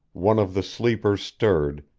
one of the sleepers stirred,